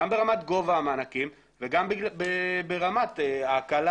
גם ברמת גובה המענקים וגם ברמת ההקלה.